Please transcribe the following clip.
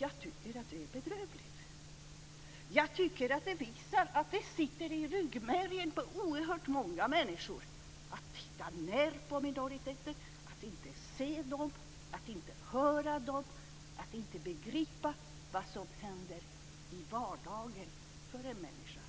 Jag tycker att det är bedrövligt och att det visar att det sitter i ryggmärgen på oerhört många människor att se ned på minoriteter - att inte se dem och att inte höra dem - och att inte begripa vad som händer i vardagen för en människa